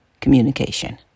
communication